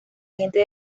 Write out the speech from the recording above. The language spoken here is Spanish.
gente